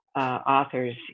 authors